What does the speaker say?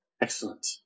excellent